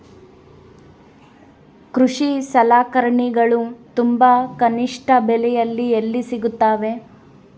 ಕೃಷಿ ಸಲಕರಣಿಗಳು ತುಂಬಾ ಕನಿಷ್ಠ ಬೆಲೆಯಲ್ಲಿ ಎಲ್ಲಿ ಸಿಗುತ್ತವೆ?